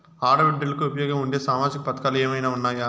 ఆడ బిడ్డలకు ఉపయోగం ఉండే సామాజిక పథకాలు ఏమైనా ఉన్నాయా?